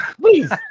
Please